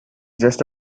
just